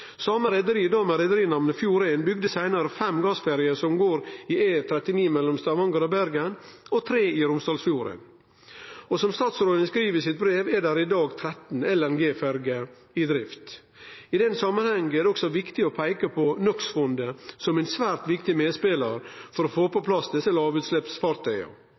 Same reiarlag, då med reiarnamnet Fjord1, bygde seinare fem gassferjer, som går i E39 mellom Stavanger og Bergen og tre i Romsdalsfjorden. Som statsråden skriv i sitt brev, er det i dag 13 LNG-ferjer i drift. I den samanheng er det òg viktig å peike på NOX-fondet som ein svært viktig medspelar for å få på plass desse